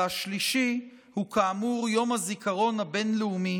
השלישי הוא כאמור יום הזיכרון הבין-לאומי